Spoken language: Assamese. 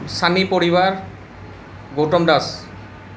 চানী পৰিবাৰ গৌতম দাস